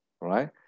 Right